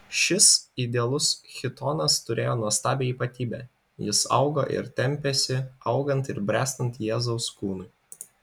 šis idealus chitonas turėjo nuostabią ypatybę jis augo ir tempėsi augant ir bręstant jėzaus kūnui